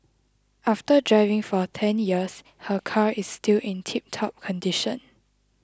after driving for ten years her car is still in tiptop condition